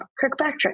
Kirkpatrick